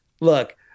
Look